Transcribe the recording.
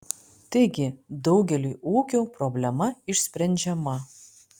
taigi daugeliui ūkių problema išsprendžiama